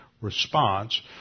response